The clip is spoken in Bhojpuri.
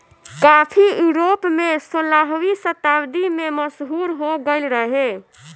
काफी यूरोप में सोलहवीं शताब्दी में मशहूर हो गईल रहे